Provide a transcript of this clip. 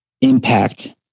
impact